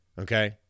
Okay